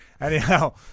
Anyhow